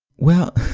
well,